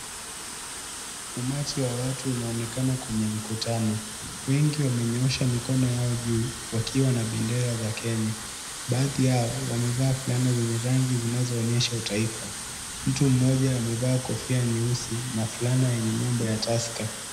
Umati wa watu unaonekana kwenye mkutano wengi wamenyoosha mikono yao juu wakiwa na bendera za Kenya baadhi yao wamevaa fulana zenye rangi zinazoonyesha utaifa, mtu mmoja amevaa kofia nyeusi na fulana yenye nembo ya Tusker.